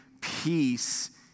peace